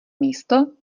místo